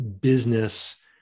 business